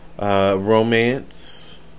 Romance